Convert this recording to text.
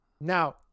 Now